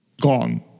gone